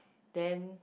then